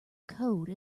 code